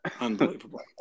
Unbelievable